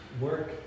work